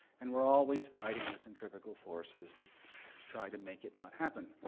and we're always fighting the centrifugal forces that try to make it not happen.